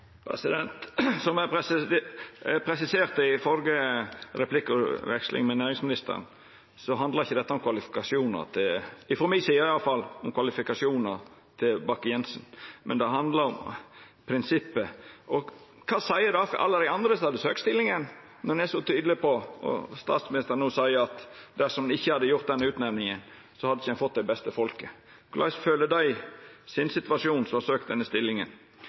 Som eg presiserte i førre replikkveksling, med næringsministeren, handlar ikkje dette – frå mi side i alle fall – om kvalifikasjonane til Bakke-Jensen, men det handlar om prinsippet. Kva seier det til alle dei andre som hadde søkt stillinga, når ein er så tydeleg på, som statsministeren no seier, at dersom ein ikkje hadde gjort den utnemninga, hadde ein ikkje fått den beste personen? Korleis føler dei som har søkt denne stillinga,